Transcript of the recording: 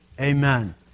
Amen